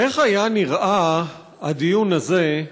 איך היה נראה הדיון הזה,